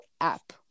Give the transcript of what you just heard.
app